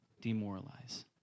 demoralize